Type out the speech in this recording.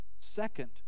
second